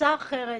תפיסה אחרת,